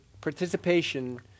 participation